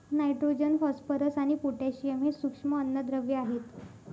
nitrogen, phosphorus आणि potassium हे सूक्ष्म अन्नद्रव्ये आहेत